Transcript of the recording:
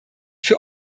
für